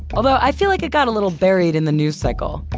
although i feel like it got a little buried in the news cycle.